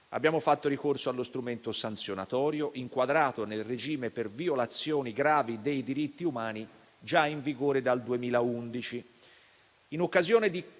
Abbiamo fatto ricorso allo strumento sanzionatorio inquadrato nel regime per violazioni gravi dei diritti umani già in vigore dal 2011. In occasione di